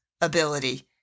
ability